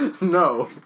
No